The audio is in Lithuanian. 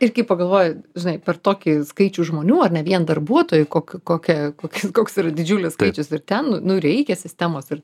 ne irgi pagalvoji žinai per tokį skaičių žmonių ar ne vien darbuotojai kok kokia kokis koks yra didžiulis skaičius ir ten nu reikia sistemos ir